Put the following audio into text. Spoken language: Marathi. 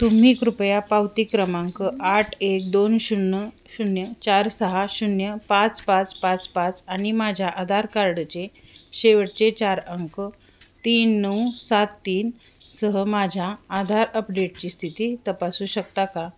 तुम्ही कृपया पावती क्रमांक आठ एक दोन शून्य शून्य चार सहा शून्य पाच पाच पाच पाच आणि माझ्या आधार कार्डचे शेवटचे चार अंक तीन नऊ सात तीन सह माझ्या आधार अपडेटची स्थिती तपासू शकता का